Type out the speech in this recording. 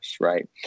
right